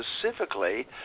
specifically